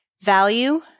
value